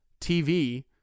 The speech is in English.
TV